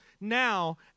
now